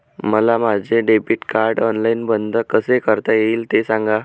मला माझे debit card online बंद कसे करता येईल, ते सांगा